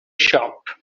shop